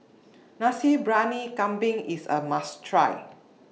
Nasi Briyani Kambing IS A must Try